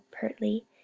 pertly